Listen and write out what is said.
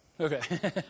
Okay